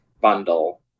bundle